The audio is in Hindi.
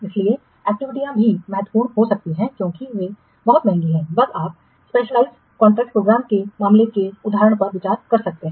इसलिए एक्टिविटीयां भी महत्वपूर्ण हो सकती हैं क्योंकि वे बहुत महंगी हैं बस आप स्पेशलाइज कॉन्ट्रैक्ट प्रोग्रामर के मामले के उदाहरण पर विचार कर सकते हैं